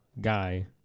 guy